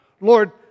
Lord